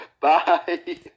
Bye